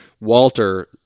Walter